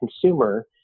consumer